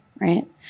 right